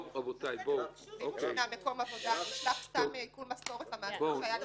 גם אם אני משלם אגרה, מגדילים את החוב.